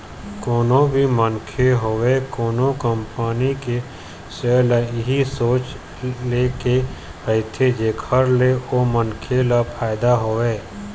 कोनो भी मनखे होवय कोनो कंपनी के सेयर ल इही सोच के ले रहिथे जेखर ले ओ मनखे ल फायदा होवय